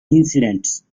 incidents